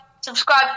subscribe